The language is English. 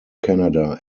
canada